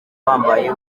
uhambaye